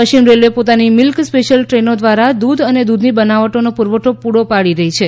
પશ્ચિમ રેલ્વે પોતાની milk special દ્રેનો દ્વારા દૂધ અને દૂધની બનાવટોનો પુરવઠો પુરો પાડી રહી છે